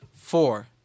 four